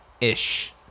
ish